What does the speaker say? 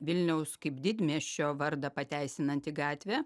vilniaus kaip didmiesčio vardą pateisinanti gatvė